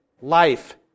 life